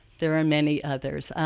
there are many others.